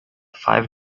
five